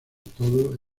todo